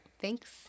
Thanks